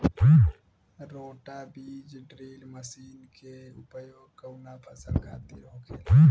रोटा बिज drill machine के उपयोग कऊना फसल खातिर होखेला?